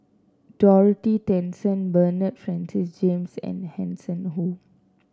Dorothy Tessensohn Bernard Francis James and Hanson Ho